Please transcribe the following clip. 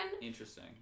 Interesting